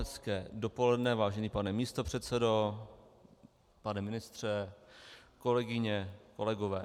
Hezké dopoledne, vážený pane místopředsedo, pane ministře, kolegyně, kolegové.